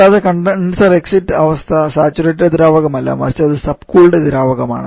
കൂടാതെ condenser exit അവസ്ഥ saturated ദ്രാവകമല്ല മറിച്ച് അത് സബ് കൂൾഡ് ദ്രാവകമാണ്